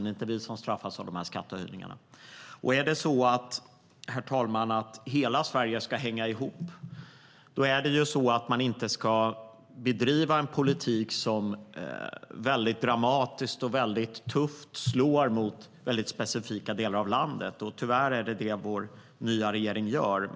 Det är inte vi som straffas av skattehöjningarna. Herr talman! Om hela Sverige ska hänga ihop ska man inte bedriva en politik som väldigt dramatiskt och väldigt tufft slår mot specifika delar av landet. Tyvärr är det vad vår nya regering gör.